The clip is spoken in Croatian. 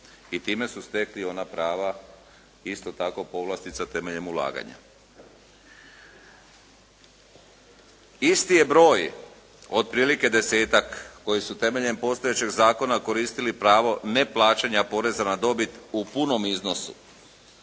i time su stekli ona prava isto tako povlastica temeljem ulaganja. Isti je broj otprilike desetak koji su temeljem postojećeg zakona koristili pravo neplaćanja poreza na dobit u punom iznosu,